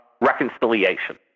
reconciliation